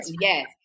Yes